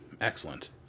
Excellent